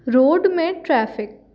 road में traffic